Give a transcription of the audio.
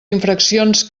infraccions